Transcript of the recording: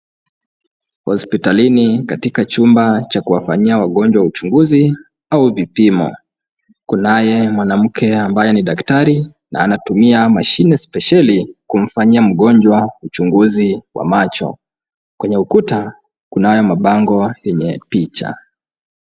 Hospitalini katika chumba cha kuwafanyia wagonjwa uchunguzi au vipimo, kunaye mwanamke ambaye ni daktari na anatumia mashine speshieli kumfanyia mgonjwa uchunguzi wa macho. Kwenye ukuta kunayo mabango yenye picha.